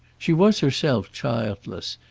she was herself childless,